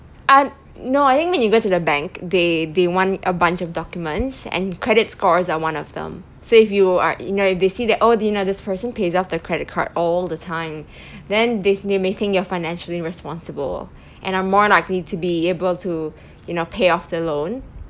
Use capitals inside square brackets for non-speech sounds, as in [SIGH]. um no I think when you go to the bank they they want a bunch of documents and credit scores are one of them so if you are you know if they see that oh do you know this person pays off their credit card all the time [BREATH] then they they may think you are financially responsible and are more likely to be able to you know pay off the loan